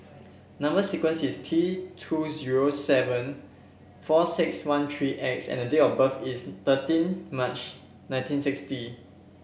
number sequence is T two zero seven four six one three X and the date of birth is thirteen March nineteen sixty